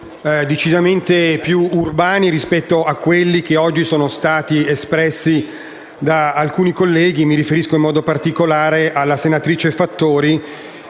decisamente più urbani rispetto a quelli oggi espressi da alcuni colleghi. Mi riferisco in particolare alla senatrice Fattori